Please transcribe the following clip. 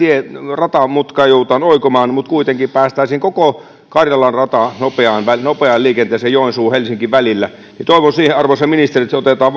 ratamutkaa joudutaan oikomaan mutta kuitenkin päästäisiin koko karjalan radalla nopeaan liikenteeseen joensuu helsinki välillä toivon tässä yhteydessä hartaasti arvoisa ministeri että